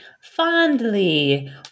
fondly